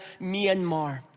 Myanmar